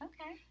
okay